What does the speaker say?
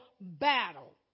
battle